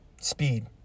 speed